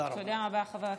תודה רבה.